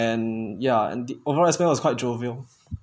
and yeah and the overall experience was quite jovial